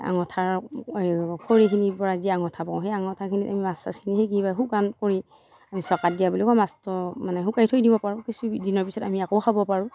অঙঠাৰ এই খৰি খিনিৰ পৰা যি অঙঠা পাওঁ সেই অঙঠাখিনিত আমি মাছ চাছখিনি সেকি বা শুকান কৰি আমি জকাইত দিয়া বুলি কওঁ মাছটো মানে শুকাই থৈ দিব পাৰোঁ কিছুদিনৰ পিছত আমি আকৌ খাব পাৰোঁ